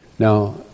Now